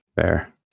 fair